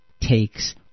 takes